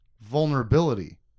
vulnerability